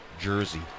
jersey